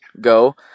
go